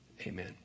amen